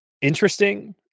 interesting